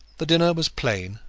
the dinner was plain,